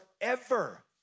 forever